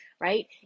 right